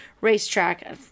racetrack